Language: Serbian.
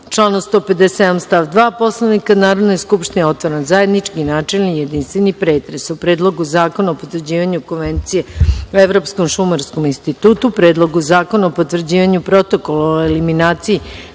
članu 157. stav 2. Poslovnika Narodne skupštine, otvaram zajednički načelni i jedinstveni pretres o: Predlogu zakona o potvrđivanju Konvencije o Evropskom šumarskom institutu, Predlogu zakona o potvrđivanju Protokola o eliminaciji